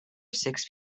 six